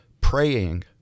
praying